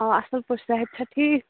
آ اصل پٲٹھۍ صحت چھےٚ ٹھیٖک